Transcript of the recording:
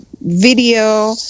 video